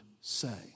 say